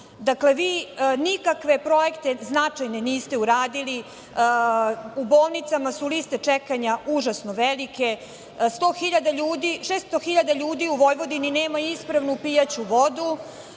naukom. Dakle, vi nikakve projekte značajne niste uradili. U bolnicama su liste čekanja užasno velike, 600.000 ljudi u Vojvodini nema ispravnu pijaću vodu,